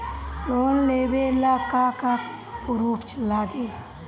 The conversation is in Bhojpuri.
लोन लेबे ला का का पुरुफ लागि?